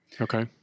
okay